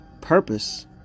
purpose